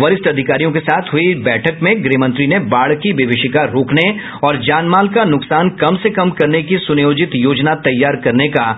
वरिष्ठ अधिकारियों के साथ हुयी इस बैठक में गृह मंत्री ने बाढ की विभिषिका रोकने और जान माल का नुकसान कम से कम करने की सुनियोजित योजना तैयार करने का